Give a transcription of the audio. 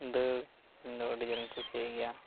ᱫᱟᱹᱲ ᱤᱧ ᱫᱚ ᱟᱹᱰᱤ ᱡᱳᱨ ᱤᱧ ᱠᱩᱥᱤᱭᱟᱜ ᱜᱮᱭᱟ